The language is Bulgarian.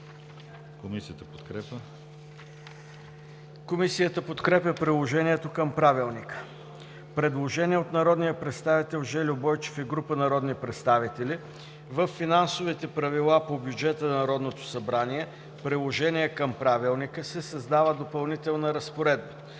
Комисията подкрепя приложението към правилника. Предложение от народния представител Жельо Бойчев и група народни представители: във Финансовите правила по бюджета Народното събрание ¬ Приложение към правилника се създава допълнителна разпоредба: